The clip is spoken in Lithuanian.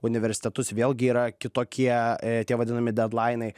universitetus vėlgi yra kitokie tie vadinami dedlainai